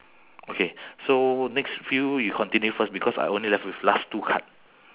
okay so next few you continue first because I only left with last two card